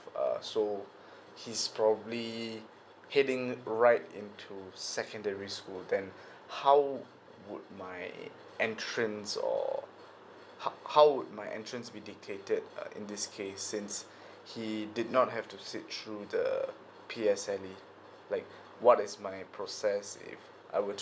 uh so he's probably heading right into secondary school then how would my entrance or how how would my entrance be dictated uh in this case since he did not have to seek through the P_S_L_E like what is my process if I would